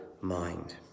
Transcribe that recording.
mind